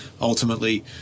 ultimately